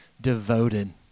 devoted